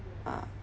ah